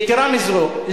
יתירה מזו,